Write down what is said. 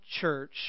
church